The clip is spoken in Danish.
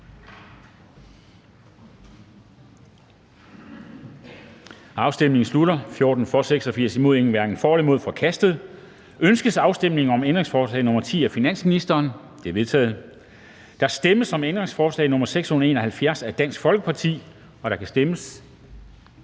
hverken for eller imod stemte 0. Ændringsforslaget er forkastet. Ønskes afstemning om ændringsforslag nr. 196 af finansministeren? Det er vedtaget. Der stemmes om ændringsforslag nr. 683 af DF, og der kan stemmes.